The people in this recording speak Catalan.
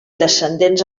descendents